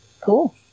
Cool